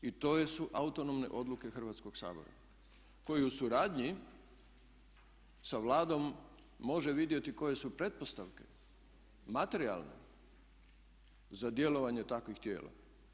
I to su autonomne odluke Hrvatskog sabora koji u suradnji sa Vladom može vidjeti koje su pretpostavke materijalne za djelovanje takvih tijela.